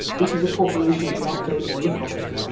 this is a combination of the update and the lookup api. and